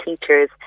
teachers